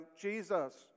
Jesus